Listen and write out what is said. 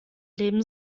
leben